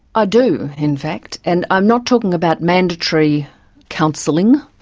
ah do in fact, and i'm not talking about mandatory counselling,